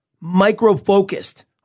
micro-focused